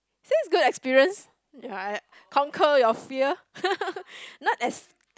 since good experience ya conquer your fear not as